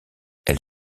elle